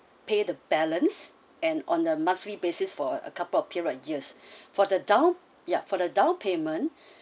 pay the balance and on a monthly basis for a couple of period years for the down ya for the down payment